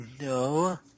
No